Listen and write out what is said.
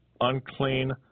unclean